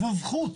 זאת זכות.